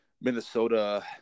Minnesota